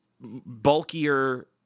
bulkier